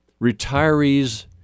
Retirees